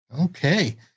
Okay